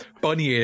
bunny